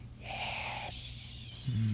Yes